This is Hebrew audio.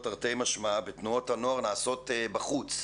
תרתי משמע - בתנועות הנוער נעשות בחוץ.